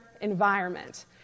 environment